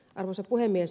arvoisa puhemies